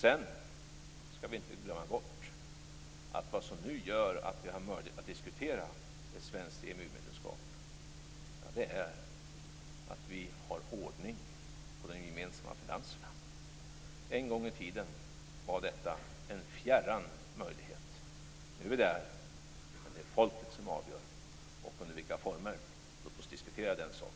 Vi skall inte glömma bort att det som nu gör att vi har möjlighet att diskutera ett svenskt EMU medlemskap är att vi har ordning på de gemensamma finanserna. En gång i tiden var detta en fjärran möjlighet. Nu är vi där, men det är folket som avgör. Låt oss diskutera under vilka former det skall ske.